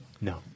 No